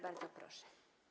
Bardzo proszę.